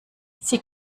sie